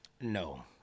No